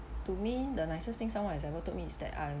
to me the nicest thing someone has ever told me is that I'm